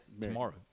tomorrow